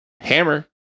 hammer